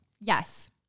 yes